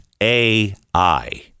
AI